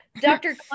dr